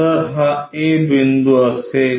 तर हा a बिंदू असेल